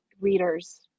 readers